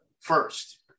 first